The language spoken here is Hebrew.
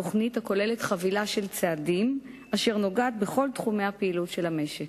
תוכנית הכוללת חבילה של צעדים אשר נוגעת בכל תחומי הפעילות של המשק,